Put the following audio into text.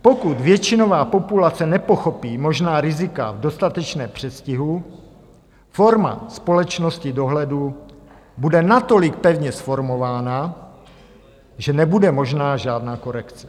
Pokud většinová populace nepochopí možná rizika v dostatečném předstihu, forma společnosti dohledu bude natolik pevně zformována, že nebude možná žádná korekce.